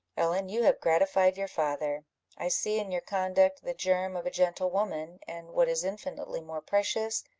ellen, you have gratified your father i see in your conduct the germ of a gentlewoman, and, what is infinitely more precious,